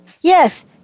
Yes